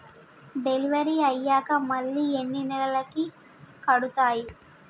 Delivery అయ్యాక మళ్ళీ ఎన్ని నెలలకి కడుతాయి?